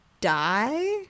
die